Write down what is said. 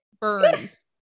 burns